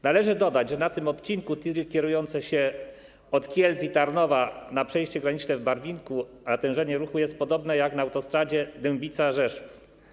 Należy dodać, że na tym odcinku, gdzie tiry kierują się od Kielc i Tarnowa do przejścia granicznego w Barwinku, natężenie ruchu jest podobne jak na autostradzie Dębica - Rzeszów.